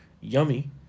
yummy